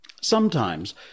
Sometimes